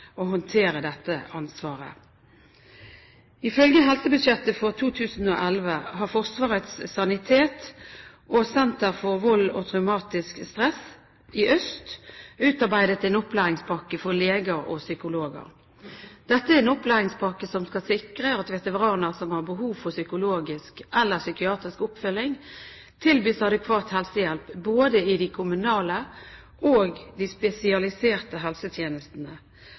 å håndtere dette ansvaret. Ifølge helsebudsjettet for 2011 har Forsvarets sanitet og Regionalt ressurssenter om vold og traumatisk stress, Øst, utarbeidet en opplæringspakke for leger og psykologer. Dette er en opplæringspakke som skal sikre at veteraner som har behov for psykologisk eller psykiatrisk oppfølging, tilbys adekvat helsehjelp både i de kommunale og i de spesialiserte helsetjenestene.